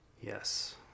Yes